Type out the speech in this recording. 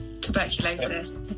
tuberculosis